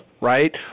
right